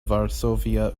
varsovia